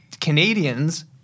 Canadians